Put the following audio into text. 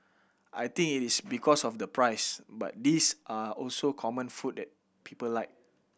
I think it is because of the price but these are also common food that people like